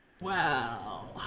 Wow